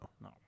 No